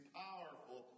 powerful